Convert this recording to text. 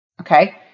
okay